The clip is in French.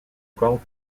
corps